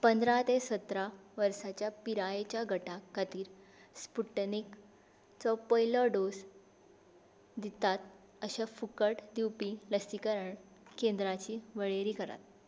पंदरा ते सतरा वर्साच्या पिरायेच्या गटा खातीर स्पुटनीकचो पयलो डोस दितात अश्या फुकट दिवपी लसीकरण केंद्रांची वळेरी करात